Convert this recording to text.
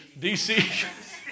DC